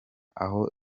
aho